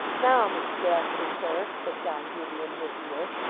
now, mr gashford sir said john grueby in his ear,